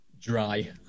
Dry